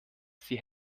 sie